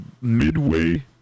midway